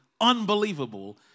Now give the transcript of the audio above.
unbelievable